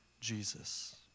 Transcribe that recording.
Jesus